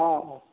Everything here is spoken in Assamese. অ' অ'